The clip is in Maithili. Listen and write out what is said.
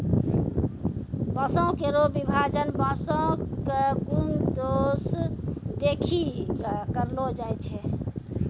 बांसों केरो विभाजन बांसों क गुन दोस देखि कॅ करलो जाय छै